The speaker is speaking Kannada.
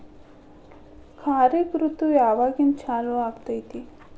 ಖಾರಿಫ್ ಋತು ಯಾವಾಗಿಂದ ಚಾಲು ಆಗ್ತೈತಿ?